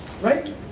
Right